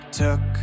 took